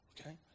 Okay